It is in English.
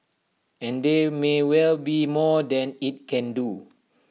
and there may well be more than IT can do